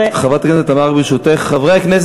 חברת הכנסת תמר, ברשותך.